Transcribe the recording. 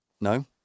No